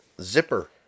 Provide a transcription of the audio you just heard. Zipper